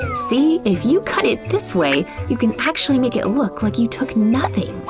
see? if you cut it this way, you can actually make it look like you took nothing!